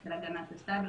של הגנת הסייבר.